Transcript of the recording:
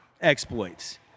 exploits